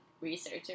researcher